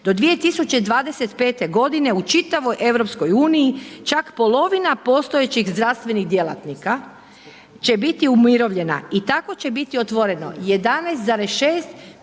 Do 2025. godine u čitavoj EU čak polovina postojećih zdravstvenih djelatnika će biti umirovljena i tako će biti otvoreno 11,6